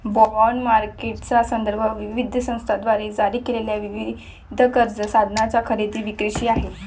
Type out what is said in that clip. bond मार्केटचा संदर्भ विविध संस्थांद्वारे जारी केलेल्या विविध कर्ज साधनांच्या खरेदी विक्रीशी आहे